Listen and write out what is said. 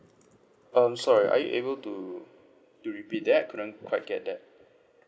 um sorry are you able to to repeat that couldn't quite get that